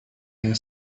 yang